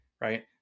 Right